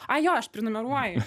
ai jo aš prenumeruoju